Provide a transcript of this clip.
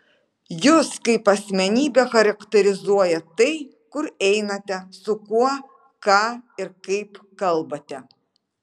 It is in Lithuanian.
jus kaip asmenybę charakterizuoja tai kur einate su kuo ką ir kaip kalbate